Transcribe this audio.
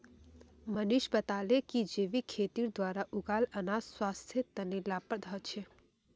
मनीष बताले कि जैविक खेतीर द्वारा उगाल अनाज स्वास्थ्य तने लाभप्रद ह छे